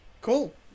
Cool